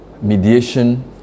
mediation